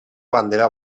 bandera